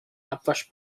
abwasch